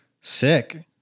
Sick